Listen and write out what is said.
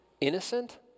innocent